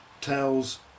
tells